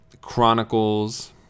chronicles